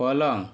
पलंग